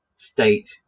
state